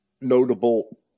notable